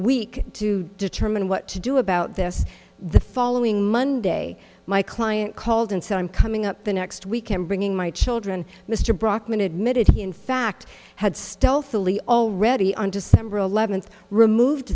week to determine what to do about this the following monday my client called and said i'm coming up the next week and bringing my children mr brockman admitted he in fact had stealthily already on december eleventh removed